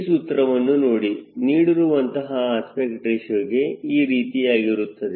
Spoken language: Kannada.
ಈ ಸೂತ್ರವನ್ನು ನೋಡಿ ನೀಡಿರುವಂತಹ ಅಸ್ಪೆಕ್ಟ್ ರೇಶಿಯೋಗೆ ಈರೀತಿಯಾಗಿರುತ್ತದೆ